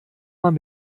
man